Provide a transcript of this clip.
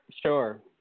Sure